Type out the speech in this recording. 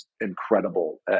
incredible